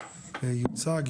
יוצג,